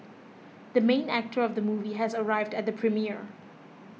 the main actor of the movie has arrived at the premiere